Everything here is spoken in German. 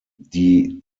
die